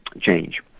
change